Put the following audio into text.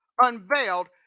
unveiled